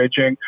Beijing